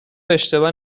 اشتباه